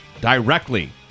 directly